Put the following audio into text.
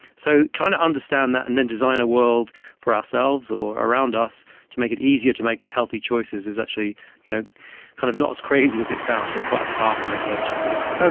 so trying to understand that and then design a world for ourselves or around us to make it easier to make healthy choices is actually you know kind of not as crazy as it sounds and quite a powerful intervention sometimes.